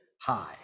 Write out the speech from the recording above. high